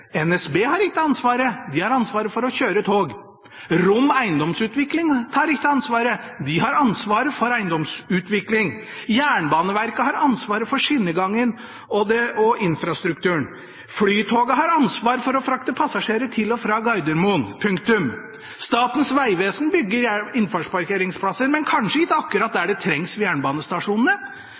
NSB har ikke ansvaret. De har ansvaret for å kjøre tog. Rom Eiendom har ikke ansvaret. De har ansvaret for eiendomsutvikling. Jernbaneverket har ansvaret for skinnegangen og infrastrukturen. Flytoget har ansvaret for å frakte passasjerer til og fra Gardermoen – punktum. Statens vegvesen bygger innfartsparkeringsplasser, men kanskje ikke akkurat der det trengs ved jernbanestasjonene.